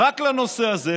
רק לנושא הזה,